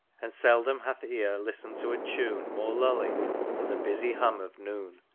and seldom hath ear listened to a tune more lulling than the busy hum of noon,